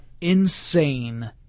insane